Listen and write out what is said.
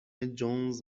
جونز